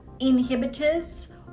inhibitors